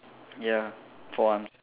ya four arms